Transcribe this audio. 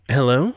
Hello